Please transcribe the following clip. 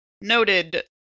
Noted